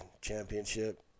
championship